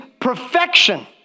perfection